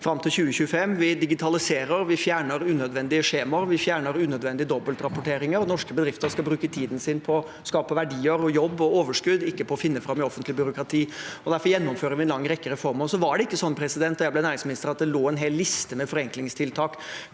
fram til 2025, vi digitaliserer, vi fjerner unødvendige skjemaer, vi fjerner unødvendige dobbeltrapporteringer, og norske bedrifter skal bruke tiden sin på å skape verdier, jobb og overskudd – ikke på å finne fram i offentlig byråkrati. Derfor gjennomfører vi en lang rekke reformer. Så var det ikke slik da jeg ble næringsminister, at det lå en hel liste med forenklingstiltak